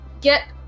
get